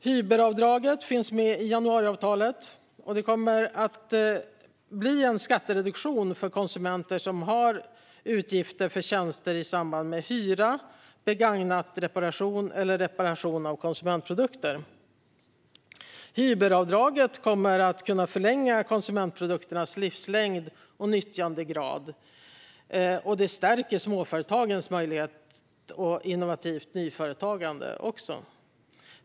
Hyberavdraget finns med i januariavtalet - en skattereduktion för konsumenter som har utgifter för tjänster i samband med hyra, begagnatreparation eller reparation av konsumentprodukter. Hyberavdraget kommer att kunna förlänga konsumentprodukternas livslängd och nyttjandegrad, vilket stärker småföretagens möjlighet liksom innovativt nyföretagande.